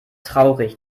traurig